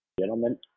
gentlemen